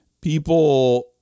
people